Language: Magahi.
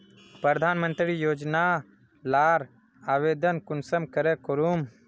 प्रधानमंत्री योजना लार आवेदन कुंसम करे करूम?